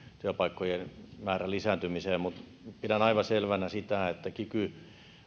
työpaikkojen määrän lisääntymiseen mutta pidän aivan selvänä sitä että kiky